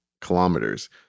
kilometers